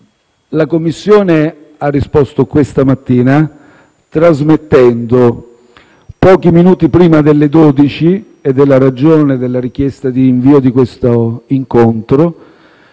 La Commissione ha risposto questa mattina trasmettendo, pochi minuti prima delle ore 12 (ed è la ragione della richiesta di rinvio di questa